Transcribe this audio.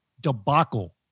debacle